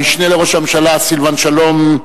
המשנה לראש הממשלה סילבן שלום,